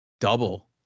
double